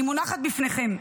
היא מונחת בפניכם.